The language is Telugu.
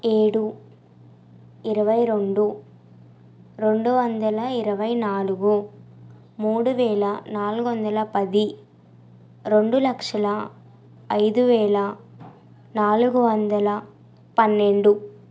ఏడు ఇరవై రెండు రెండు వందల ఇరవై నాలుగు మూడు వేల నాలుగు వందల పది రెండు లక్షల ఐదువేల నాలుగు వందల పన్నెండు